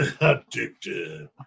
addicted